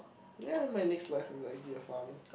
ya my next life likely a farmer